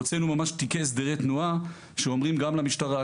הוצאנו ממש תיקי הסדרי תנועה שאומרים למשטרה,